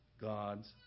God's